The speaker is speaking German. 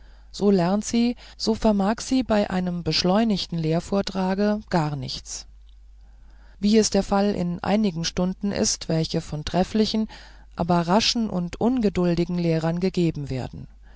so lernt sie so vermag sie bei einem beschleunigten lehrvortrage gar nichts wie es der fall in einigen stunden ist welche von trefflichen aber raschen und ungeduldigen lehrern gegeben werden